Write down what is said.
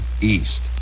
East